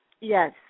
Yes